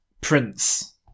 Prince